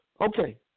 Okay